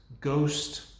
Ghost